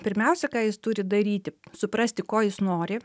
pirmiausia ką jis turi daryti suprasti ko jis nori